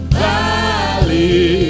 valley